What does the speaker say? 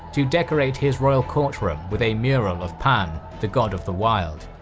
to decorate his royal courtroom with a mural of pan, the god of the wild.